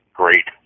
great